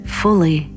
fully